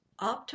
optimal